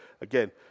again